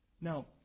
now